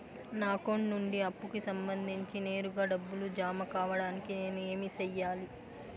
నా అకౌంట్ నుండి అప్పుకి సంబంధించి నేరుగా డబ్బులు జామ కావడానికి నేను ఏమి సెయ్యాలి?